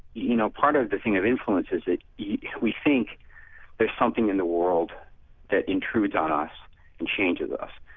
you know, part of the thing of influence is that we think there's something in the world that intrudes on us and changes us.